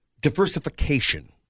diversification